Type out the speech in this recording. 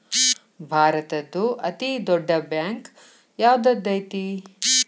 ಭಾರತದ್ದು ಅತೇ ದೊಡ್ಡ್ ಬ್ಯಾಂಕ್ ಯಾವ್ದದೈತಿ?